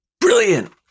Brilliant